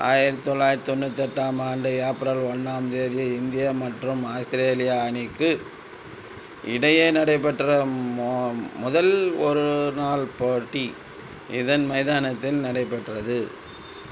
ஆயிரத்தி தொள்ளாயிரத்தி தொண்ணூற்றி எட்டாம் ஆண்டு ஏப்ரல் ஒன்றாம் தேதி இந்தியா மற்றும் ஆஸ்திரேலியா அணிக்கு இடையே நடைபெற்ற முதல் ஒருநாள் போட்டி இதன் மைதானத்தில் நடைபெற்றது